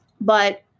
But-